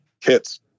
Kits